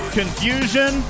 confusion